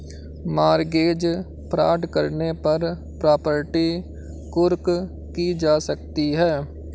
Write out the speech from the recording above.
mortgage fraud करने पर property कुर्क की जा सकती है